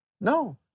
No